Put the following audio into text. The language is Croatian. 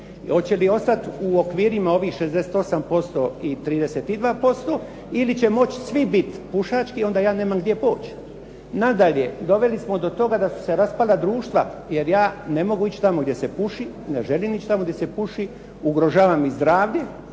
Hoće li ostati u okvirima ovih 68% i 32% ili će moći svi biti pušački, onda ja nemam gdje poć. Nadalje, doveli smo do toga da su se raspala društva, jer ja ne mogu ići tamo gdje se puši, ne želim ići tamo gdje se puši, ugrožava mi zdravlje,